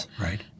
right